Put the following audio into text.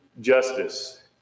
justice